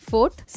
Fourth